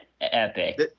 epic